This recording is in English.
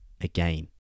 again